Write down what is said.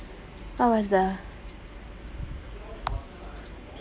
what was the